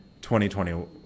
2020